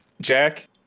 Jack